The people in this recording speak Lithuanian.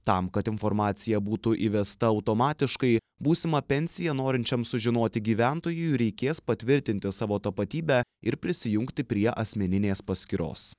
tam kad informacija būtų įvesta automatiškai būsimą pensiją norinčiam sužinoti gyventojui reikės patvirtinti savo tapatybę ir prisijungti prie asmeninės paskyros